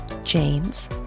James